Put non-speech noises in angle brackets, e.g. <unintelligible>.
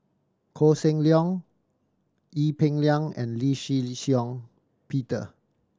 Koh Seng Leong Ee Peng Liang and Lee Shih <unintelligible> Shiong Peter